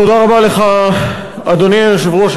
לך, אדוני היושב-ראש.